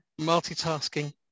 Multitasking